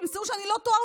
תמצאו שאני לא טועה,